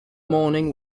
morning